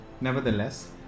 Nevertheless